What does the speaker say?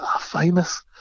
famous